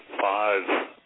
five